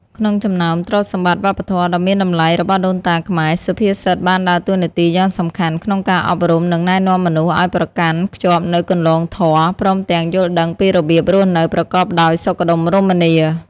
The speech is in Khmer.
ក្នុងចំណោមទ្រព្យសម្បត្តិវប្បធម៌ដ៏មានតម្លៃរបស់ដូនតាខ្មែរ សុភាសិតបានដើរតួនាទីយ៉ាងសំខាន់ក្នុងការអប់រំ និងណែនាំមនុស្សឲ្យប្រកាន់ខ្ជាប់នូវគន្លងធម៌ ព្រមទាំងយល់ដឹងពីរបៀបរស់នៅប្រកបដោយសុខដុមរមនា។